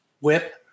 whip